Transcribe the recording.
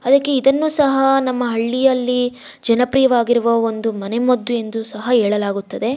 ಅದಕ್ಕೆ ಇದನ್ನೂ ಸಹಾ ನಮ್ಮ ಹಳ್ಳಿಯಲ್ಲಿ ಜನಪ್ರಿಯವಾಗಿರುವ ಒಂದು ಮನೆಮದ್ದು ಎಂದು ಸಹ ಹೇಳಲಾಗುತ್ತದೆ